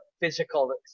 physical